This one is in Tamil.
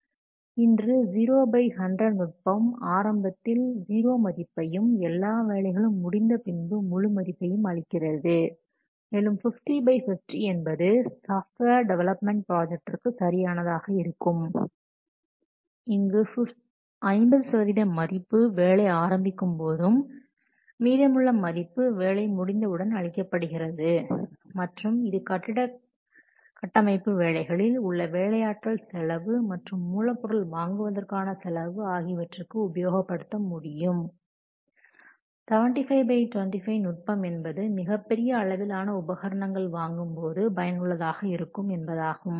இன்று 0 பை 100 நுட்பம் ஆரம்பத்தில் 0 மதிப்பையும் எல்லா வேலைகளும் முடிந்த பின்பு முழு மதிப்பையும் அளிக்கிறது மேலும் 50 பை 100 என்பது சாஃப்ட்வேர் டெவலப்மெண்ட் ப்ராஜெக்ட்டிற்கு சரியானதாக இருக்கும் இங்கு 50 சதவீத மதிப்பு வேலை ஆரம்பிக்கும் போதும் மீதமுள்ள மதிப்பு வேலை முடிந்தவுடன் அளிக்கப்படுகிறது மற்றும் இது கட்டிட கட்டமைப்பு வேலைகளில் உள்ள வேலையாட்கள் செலவு மற்றும் மூலப்பொருள் வாங்குவதற்கான செலவு ஆகியவற்றிற்கு உபயோகப்படுத்த முடியும் 75 பை 20 நுட்பம் என்பது மிகப்பெரிய அளவிலான உபகரணங்கள் வாங்கும்போது பயனுள்ளதாக இருக்கும் என்பதாகும்